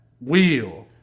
wheel